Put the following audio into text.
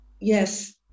yes